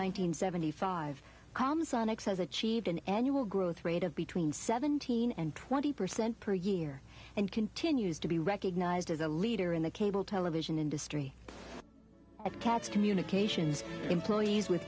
and seventy five common sonic's has achieved an annual growth rate of between seventeen and twenty percent per year and continues to be recognized as a leader in the cable television industry a cat's communications employees with